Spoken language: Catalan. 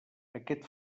aquest